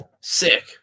sick